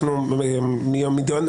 דותן,